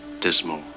dismal